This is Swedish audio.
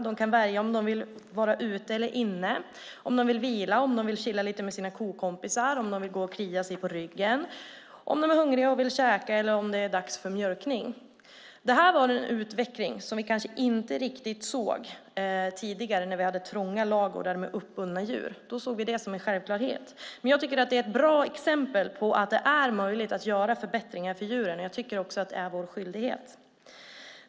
De kan välja om de vill vara ute eller inne, om de vill vila, om de vill chilla lite med sina kokompisar, om de vill gå och klia sig på ryggen, om de är hungriga och vill käka eller om det är dags för mjölkning. Detta är en utveckling vi kanske inte riktigt såg tidigare när vi hade trånga ladugårdar med uppbundna djur. Då såg vi det som en självklarhet. Jag tycker dock att det är ett bra exempel på att det är möjligt att göra förbättringar för djuren, och jag tycker att det är vår skyldighet.